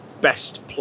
best